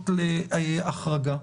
להחרגה,